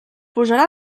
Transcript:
posarà